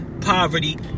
poverty